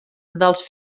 dels